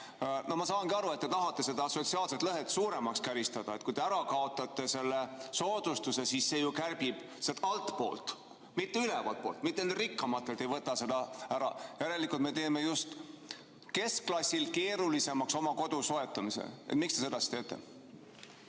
Ma saangi aru, et te tahate sotsiaalset lõhet suuremaks käristada. Kui te kaotate selle soodustuse ära, siis see ju kärbib sealt altpoolt, mitte ülevaltpoolt, mitte rikkamatelt ei võta te seda ära. Järelikult teeme me just keskklassil keerulisemaks oma kodu soetamise. Miks te sedasi teete?